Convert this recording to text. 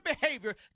behavior